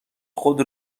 خود